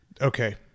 Okay